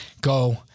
Go